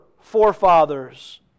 forefathers